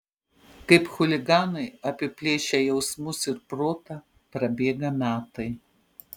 kaip chuliganai apiplėšę jausmus ir protą prabėga metai